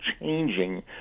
changing